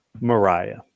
Mariah